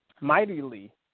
mightily